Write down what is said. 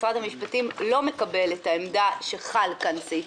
משרד המשפטים לא מקבל את העמדה שחל כאן סעיף